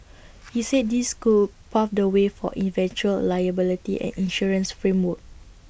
he said this could pave the way for eventual liability and insurance framework